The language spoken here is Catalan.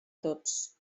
tots